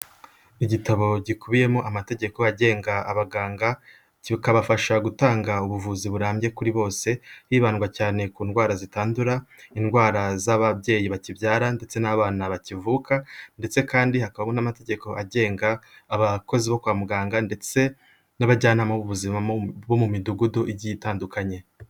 Igitabo gikubiyemo amategeko agenga abaganga, kikabafasha gutanga ubuvuzi burambye kuri bose, hibandwa cyane ku ndwara zitandura, indwara z'ababyeyi bakibyara, ndetse n'abana bakivuka, ndetse kandi hakaba n'amategeko agenga abakozi bo kwa muganga, ndetse n'abajyanama b'ubuzima bo mu midugudu igiye itandukanye.